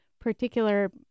particular